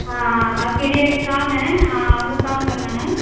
हाँ हाँ हाँ आपके लिए एक काम है यहाँ वो काम करना है